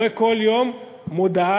רואה כל יום מודעה,